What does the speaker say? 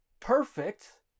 perfect